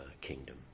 kingdom